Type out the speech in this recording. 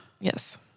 yes